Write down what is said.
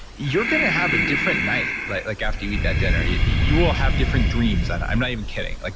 you're going to have a different night like like after you eat that dinner. you you will have different dreams, and i'm not even kidding. like